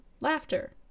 laughter